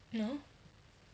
no